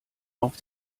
auf